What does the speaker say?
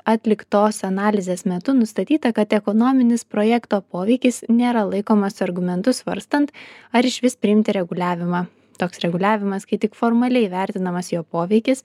atliktos analizės metu nustatyta kad ekonominis projekto poveikis nėra laikomas argumentu svarstant ar išvis priimti reguliavimą toks reguliavimas kai tik formaliai vertinamas jo poveikis